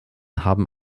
haben